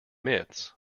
myths